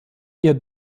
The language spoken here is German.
ihr